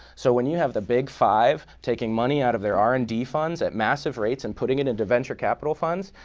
so when you have big five taking money out of their r and d funds at massive rates and putting it into venture capital funds,